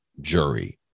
jury